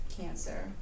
cancer